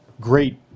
great